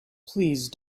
please